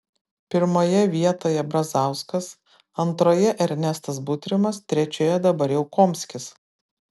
pirmoje vietoj brazauskas antroje ernestas butrimas trečioje dabar jau komskis